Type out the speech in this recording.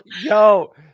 Yo